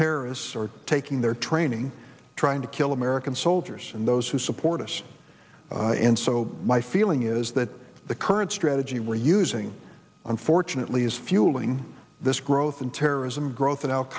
terrorists are taking their training trying to kill american soldiers and those who support us and so my feeling is that the current strategy we're using unfortunately is fueling this growth in terrorism growth